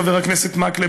חבר הכנסת מקלב,